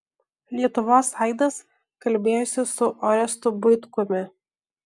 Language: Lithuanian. lietuvos aidas kalbėjosi su orestu buitkumi